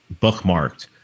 bookmarked